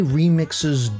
remixes